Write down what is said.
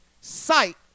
sight